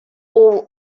all